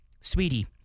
Sweetie